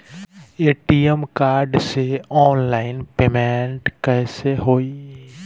ATM card से online payment कैसे होई?